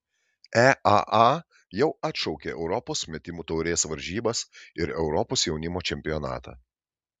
eaa jau atšaukė europos metimų taurės varžybas ir europos jaunimo čempionatą